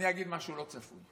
אני אגיד משהו לא צפוי.